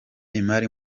imari